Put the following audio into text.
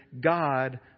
God